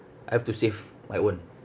I've to save my own